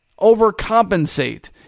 overcompensate